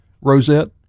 rosette